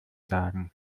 sagen